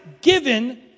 given